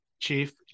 Chief